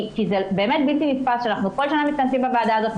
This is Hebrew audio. כי זה באמת בלתי נתפס שבכל שנה אנחנו מתכנסים בוועדה הזאת,